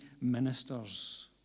ministers